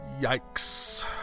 yikes